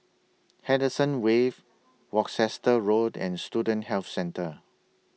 Henderson Wave Worcester Road and Student Health Centre